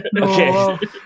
Okay